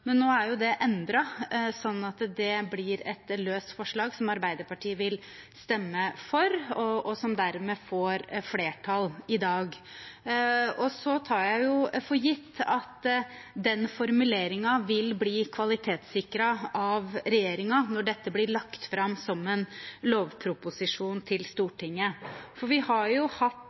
Men nå er det endret sånn at det blir et løst forslag som Arbeiderpartiet vil stemme for, og som dermed får flertall i dag. Jeg tar for gitt at formuleringen vil bli kvalitetssikret av regjeringen når dette blir lagt fram som en lovproposisjon til Stortinget. Vi – SV, Fremskrittspartiet og Arbeiderpartiet – har jo hatt